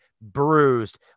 bruised